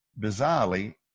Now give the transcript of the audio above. bizarrely